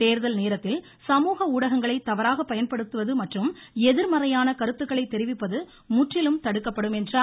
தேர்தல் நேரத்தில் சமூக ஊடகங்களை தவறாக பயன்படுத்துவது மற்றும் எதிர்மறையான கருத்துக்களை தெரிவிப்பது முற்றிலும் தடுக்கப்படும் என்றார்